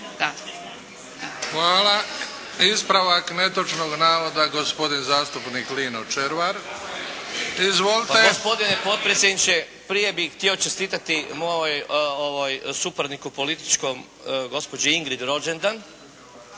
Hvala. Ispravak netočnog navoda, gospodin zastupnik Lino Červar. Izvolite. **Červar, Lino (HDZ)** Pa gospodine potpredsjedniče prije bih htio čestitati mojem suparniku političkom gospođi Ingrid rođendan,